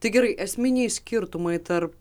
tai gerai esminiai skirtumai tarp